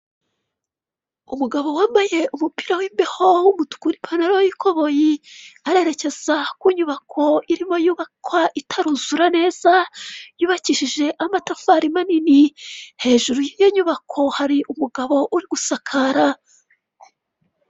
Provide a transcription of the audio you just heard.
Umugabo wambaye umupira w'imbeho w'umutuku n'ipantaro y'ikoboyi, arerekeza ku nyubako iririmo yubakwa itaruzura neza, yubakishije amatafari manini hejuru y'iyo nyubako hari umugabo uri gusakara.